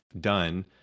done